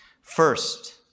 First